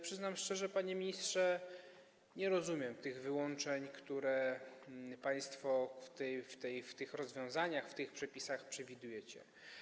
Przyznam szczerze, panie ministrze, że nie rozumiem tych wyłączeń, które państwo w tych rozwiązaniach, w tych przepisach przewidujecie.